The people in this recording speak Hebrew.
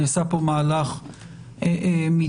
נעשה כאן מהלך מידתי,